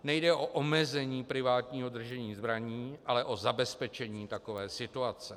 Nejde o omezení privátního držení zbraní, ale o zabezpečení takové situace.